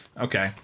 Okay